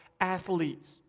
athletes